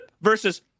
versus